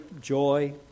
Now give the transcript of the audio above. joy